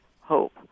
hope